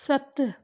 सत